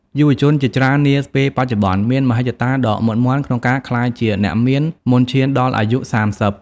យុវជនជាច្រើននាពេលបច្ចុប្បន្ន មានមហិច្ឆតាដ៏មុតមាំក្នុងការក្លាយជាអ្នកមានមុនឈានដល់អាយុ ៣០ ឆ្នាំ។